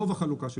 רוב החלוקה שלי.